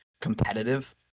competitive